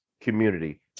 community